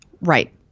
Right